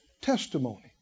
testimony